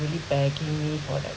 really begging me for that